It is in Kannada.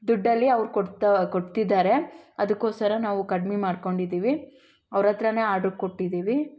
ದುಡ್ಡಲ್ಲಿ ಅವ್ರು ಕೊಡ್ತಾ ಕೊಡ್ತಿದ್ದಾರೆ ಅದಕ್ಕೋಸ್ಕರ ನಾವು ಕಡ್ಮೆ ಮಾಡ್ಕೊಂಡಿದ್ದೀವಿ ಅವ್ರ ಹತ್ರಾನೆ ಆರ್ಡರ್ ಕೊಟ್ಟಿದ್ದೀವಿ